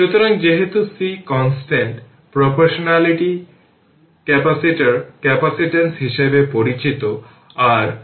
সুতরাং প্রথমে আমাদের খুঁজে বের করতে হবে এখানে i L নিচের দিকে কারেন্ট এর ডাইরেকশন কী